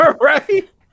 Right